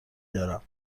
دارم